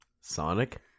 Sonic